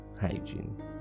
hygiene